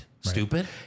Stupid